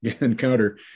encounter